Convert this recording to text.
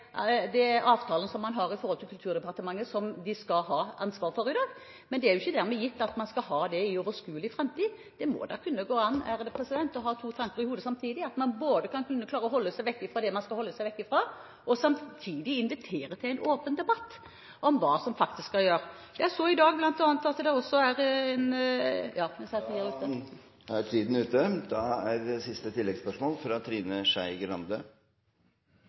avtalen som man har med Kulturdepartementet – som de skal ha ansvar for i dag – men det er ikke dermed gitt at man skal ha det i uoverskuelig framtid. Det må da kunne gå an å ha to tanker i hodet samtidig – at man kan kunne klare å holde seg vekk fra det man skal holde seg vekk fra, og samtidig invitere til en åpen debatt om hva som faktisk skal gjøres. Trine Skei Grande – til siste oppfølgingsspørsmål. Jeg husker hovedspørsmålet, så jeg tenkte at